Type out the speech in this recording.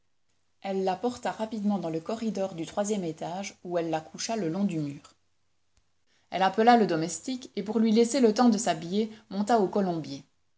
elle la porta rapidement dans le corridor du troisième étage où elle la coucha le long du mur elle appela le domestique et pour lui laisser le temps de s'habiller monta au colombier